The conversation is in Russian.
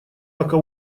пока